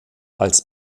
als